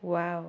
wow